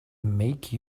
make